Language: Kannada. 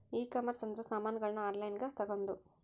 ಈ ಕಾಮರ್ಸ್ ಅಂದ್ರ ಸಾಮಾನಗಳ್ನ ಆನ್ಲೈನ್ ಗ ತಗೊಂದು